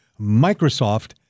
Microsoft